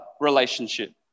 relationship